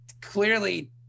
clearly